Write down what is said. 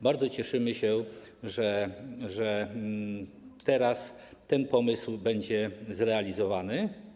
Bardzo cieszymy się, że teraz ten pomysł będzie zrealizowany.